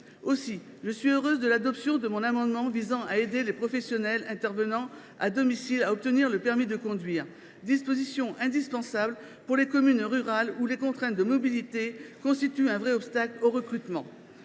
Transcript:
décret. Je suis heureuse de l’adoption de mon amendement visant à aider les professionnels intervenant à domicile à obtenir le permis de conduire, une disposition indispensable pour les habitants des communes rurales, dans lesquelles les contraintes de mobilité constituent un véritable obstacle au recrutement.